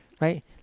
right